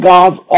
God's